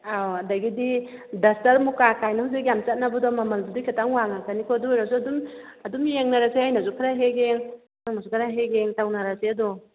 ꯑꯥꯎ ꯑꯗꯒꯤꯗꯤ ꯗꯁꯇꯔ ꯃꯨꯀꯥꯀꯥꯏꯅ ꯍꯧꯖꯤꯛ ꯌꯥꯝ ꯆꯠꯅꯕꯗꯣ ꯃꯃꯟꯕꯨꯗꯤ ꯈꯤꯇꯪ ꯋꯥꯡꯉꯛꯀꯅꯤꯀꯣ ꯑꯗꯨ ꯑꯣꯏꯔꯁꯨ ꯑꯗꯨꯝ ꯑꯗꯨꯝ ꯌꯦꯡꯅꯔꯁꯦ ꯑꯩꯅꯁꯨ ꯈꯔ ꯍꯦꯛ ꯌꯦꯡ ꯅꯪꯅꯁꯨ ꯈꯔ ꯍꯦꯛ ꯌꯦꯡ ꯇꯧꯅꯔꯁꯦ ꯑꯗꯣ